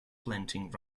planting